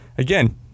Again